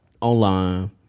online